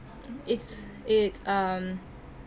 it's it's um